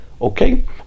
okay